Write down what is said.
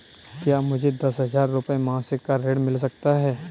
क्या मुझे दस हजार रुपये मासिक का ऋण मिल सकता है?